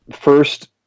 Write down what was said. First